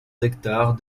hectares